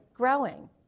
growing